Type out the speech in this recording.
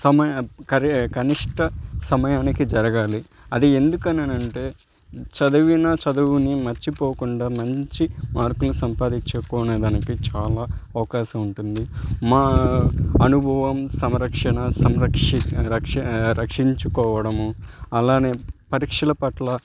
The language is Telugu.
సమయ కరి కనిష్ట సమయానికి జరగాలి అది ఎందుకననంటే చదివిన చదువుని మర్చిపోకుండా మంచి మార్కులు సంపాదించుకునే దానికి చాలా అవకాశం ఉంటుంది మా అనుభవం సంరక్షణ సంరక్షి రక్ష రక్షించుకోవడము అలానే పరీక్షల పట్ల